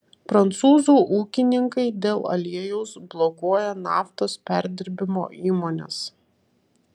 prancūzų ūkininkai dėl aliejaus blokuoja naftos perdirbimo įmones